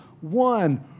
one